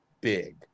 big